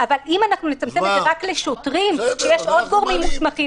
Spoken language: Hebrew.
אבל אם נצמצם את זה רק לשוטרים כשיש עוד גורמים מוסמכים,